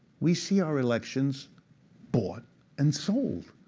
we see our elections bought and sold.